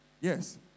Yes